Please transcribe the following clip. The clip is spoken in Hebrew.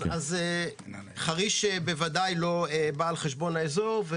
חריש בוודאי לא באה על חשבון האזור.